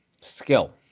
skill